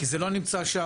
כי זה לא נמצא שם.